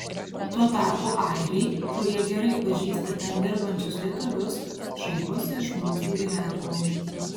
tuo tarpu airiai kurie gerai pažįsta ten dirbančius lietuvius šaiposi iš mūsų gyvenimo